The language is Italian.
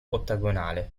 ottagonale